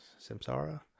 Samsara